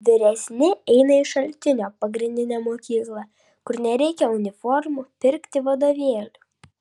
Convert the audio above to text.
vyresni eina į šaltinio pagrindinę mokyklą kur nereikia uniformų pirkti vadovėlių